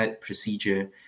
procedure